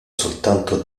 soltanto